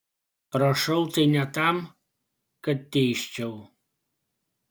rašau tai ne tam kad teisčiau